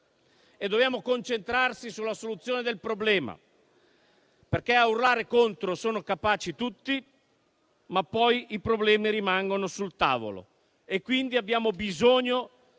dobbiamo concentrarci sulla soluzione del problema. A urlare contro sono capaci tutti, ma poi i problemi rimangono sul tavolo e quindi abbiamo bisogno